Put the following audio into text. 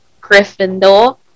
Gryffindor